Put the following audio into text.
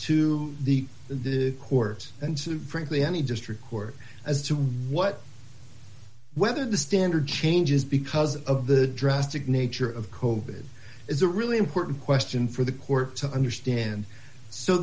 to the the court and to frankly any district court as to what whether the standard changes because of the drastic nature of cope it is a really important question for the court to understand so